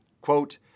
Quote